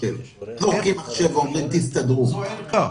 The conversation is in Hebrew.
ואומרים: תסתדרו.